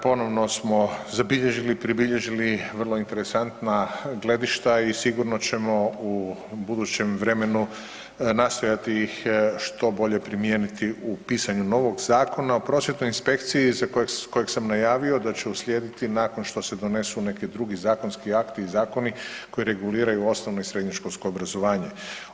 Ponovno smo zabilježili, pribilježili vrlo interesantna gledišta i sigurno ćemo u budućem vremenu nastojati ih što bolje primijeniti u pisanju novog Zakona o prosvjetnoj inspekciji, za kojeg sam najavio da će uslijediti nakon što se donesu neki drugi zakonski akti i zakoni koji reguliraju osnovno i srednjoškolsko obrazovanje.